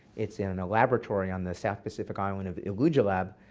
it's in a laboratory on the south pacific island of elugelab.